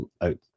out